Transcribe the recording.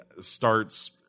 starts